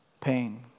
pain